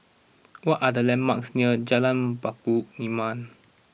what are the landmarks near Jalan Batu Nilam